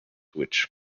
which